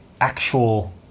actual